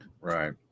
Right